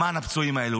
למען הפצועים האלו.